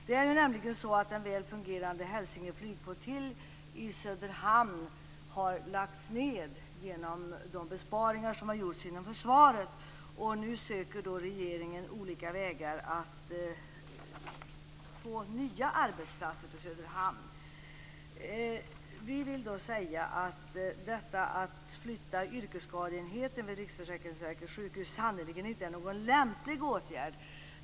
Det är nämligen så att den väl fungerande Hälsinge flygflottilj i Söderhamn har lagts ned på grund av besparingarna inom försvaret, och nu söker regeringen olika vägar att få nya arbetsplatser till Söderhamn. Vi vill då säga att en flyttning av yrkesskadeenheten vid Riksförsäkringsverkets sjukhus sannerligen inte är någon lämplig åtgärd.